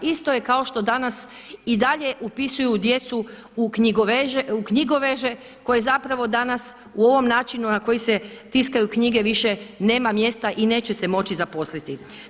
Isto je kao što danas i dalje upisuju djecu u knjigoveže koje zapravo danas u ovom načinu na koji se tiskaju knjige više nema mjesta i neće se moći zaposliti.